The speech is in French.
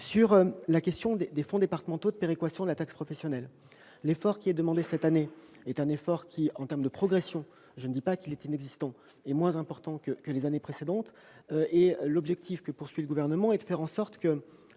Sur la question des fonds départementaux de péréquation de la taxe professionnelle, l'effort qui est demandé cette année est, en termes de progression, non pas inexistant, mais moins important que les années précédentes. L'objectif du Gouvernement est de faire en sorte que